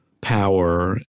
power